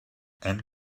and